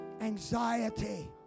anxiety